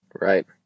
Right